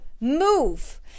move